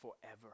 forever